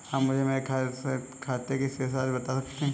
आप मुझे मेरे खाते की शेष राशि बता सकते हैं?